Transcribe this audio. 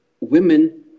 women